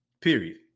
Period